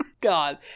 God